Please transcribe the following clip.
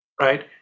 right